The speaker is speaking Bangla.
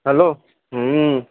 হ্যালো হুম